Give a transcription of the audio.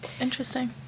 Interesting